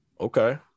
Okay